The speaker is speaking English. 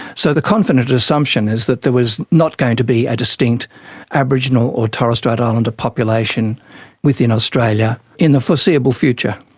so the confident assumption is that there was not going to be a distinct aboriginal or torres strait islander population within australia in the foreseeable future.